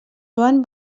joan